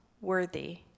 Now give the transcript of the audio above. worthy